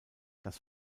das